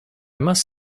must